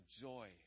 joy